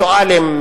אינטלקטואלים,